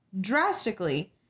drastically